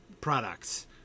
products